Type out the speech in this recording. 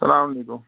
السلام علیکُم